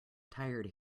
tired